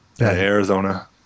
Arizona